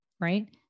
right